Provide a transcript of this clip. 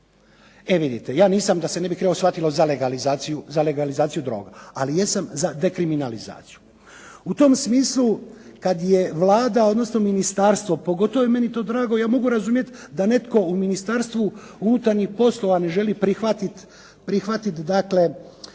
E vidite, ja nisam da se ne bi krivo shvatilo za legalizaciju droga, ali jesam za dekriminializaciju. U tom smislu kada je Vlada, odnosno ministarstvo, pogotovo je to meni drago, ja mogu razumjeti da netko u Ministarstvu unutarnjih poslova ne želi prihvatiti razliku